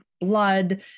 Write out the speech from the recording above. blood